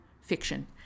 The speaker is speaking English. fiction